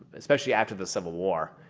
especially after the civil war,